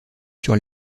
sur